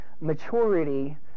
Maturity